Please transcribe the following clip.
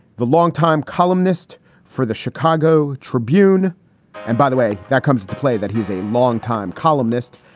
the longtime columnist for the chicago tribune and by the way, that comes into play that he's a longtime columnist.